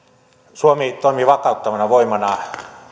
suomi toimii vakauttavana voimana